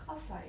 cause like